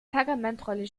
pergamentrolle